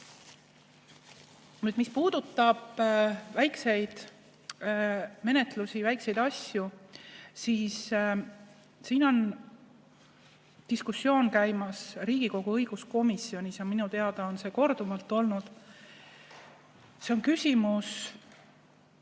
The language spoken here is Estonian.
puudutab väikseid menetlusi, väikseid asju, siis selle üle on diskussioon käimas Riigikogu õiguskomisjonis. Ja minu teada on see korduvalt [teemaks] olnud. See on küsimus